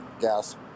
gas